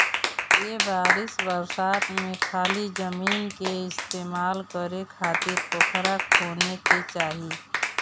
ए बरिस बरसात में खाली जमीन के इस्तेमाल करे खातिर पोखरा खोने के चाही